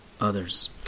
others